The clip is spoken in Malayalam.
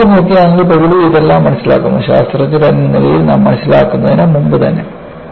നമ്മൾ ശരിക്കും നോക്കുകയാണെങ്കിൽ പ്രകൃതി ഇതെല്ലാം മനസ്സിലാക്കുന്നു ശാസ്ത്രജ്ഞരെന്ന നിലയിൽ നാം മനസ്സിലാക്കുന്നതിന് മുമ്പ് തന്നെ